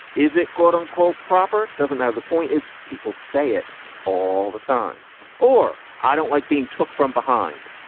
is it quote unquote, proper? doesn't matter. the point is people say it all the time or i don't like being took from behind.